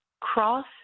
cross